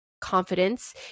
confidence